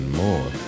more